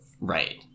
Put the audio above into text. Right